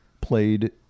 played